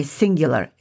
singular